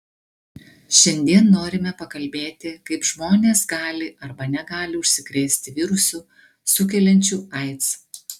šiandien norime pakalbėti kaip žmonės gali arba negali užsikrėsti virusu sukeliančiu aids